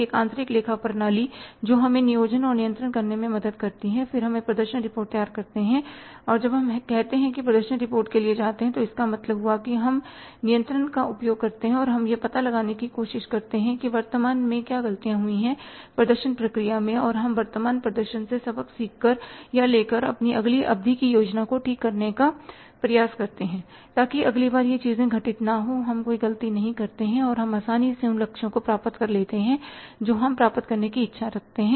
एक आंतरिक लेखा प्रणाली जो हमें नियोजन और नियंत्रण करने में मदद करती है और फिर हम प्रदर्शन रिपोर्ट तैयार करते हैं और जब हम कहते हैं कि प्रदर्शन रिपोर्ट के लिए जाते हैं तो इसका मतलब है कि हम नियंत्रण का उपयोग करते हैं और यह पता लगाने की कोशिश करते हैं कि वर्तमान में क्या ग़लतियाँ हुई थीं प्रदर्शन प्रक्रिया में और हम वर्तमान प्रदर्शन से सबक सीख कर या लेकर अपनी अगली अवधि की योजना को ठीक करने का प्रयास करते हैं ताकि अगली बार ये चीजें घटित न हों हम कोई गलती नहीं करते हैं और हम आसानी से उन लक्ष्यों को प्राप्त कर लेते हैं जो हम प्राप्त करने की इच्छा रखते हैं